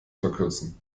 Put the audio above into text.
verkürzen